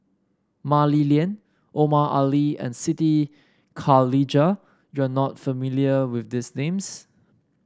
Mah Li Lian Omar Ali and Siti Khalijah you are not familiar with these names